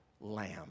lamb